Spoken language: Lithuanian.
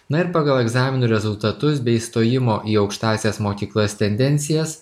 na ir pagal egzaminų rezultatus bei stojimo į aukštąsias mokyklas tendencijas